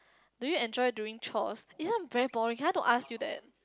do you enjoy doing chores isn't very boring can I don't ask you that